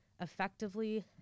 effectively